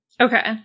Okay